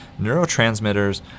neurotransmitters